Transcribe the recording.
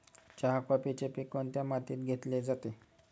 चहा, कॉफीचे पीक कोणत्या मातीत घेतले जाते?